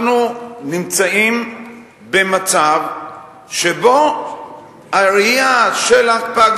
אנחנו נמצאים במצב שבו הראייה של ההקפאה,